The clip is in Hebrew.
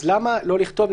אז למה לכתוב,